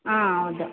ಹಾಂ ಹೌದು